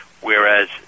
whereas